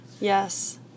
Yes